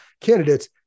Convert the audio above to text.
candidates